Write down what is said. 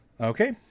Okay